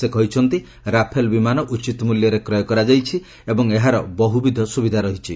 ସେ କହିଛନ୍ତି ରାଫେଲ୍ ବିମାନ ଉଚିତ୍ ମୂଲ୍ୟରେ କ୍ରୟ କରାଯାଇଛି ଏବଂ ଏହାର ବହୁବିଧ ସ୍ୱବିଧା ରହିଛି